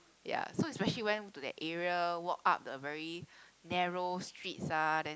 ya so especially went to that area walk up the very narrow streets ah then